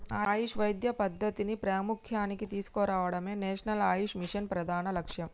ఆయుష్ వైద్య పద్ధతిని ప్రాముఖ్య్యానికి తీసుకురావడమే నేషనల్ ఆయుష్ మిషన్ ప్రధాన లక్ష్యం